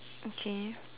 okay